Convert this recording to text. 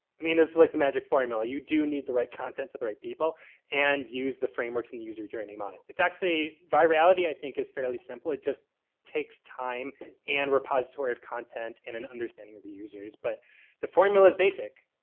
i mean, it's like the magic formula. you do need the right content to the right people and use the frameworks in the user journey model. it's actually virality i think is fairly simple it just takes time and repository of content and an understanding of your users. but the formula is basic.